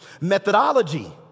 Methodology